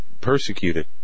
persecuted